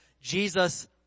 Jesus